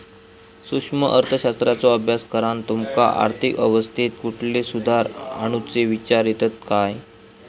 सूक्ष्म अर्थशास्त्राचो अभ्यास करान तुमका आर्थिक अवस्थेत कुठले सुधार आणुचे विचार येतत काय?